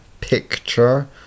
picture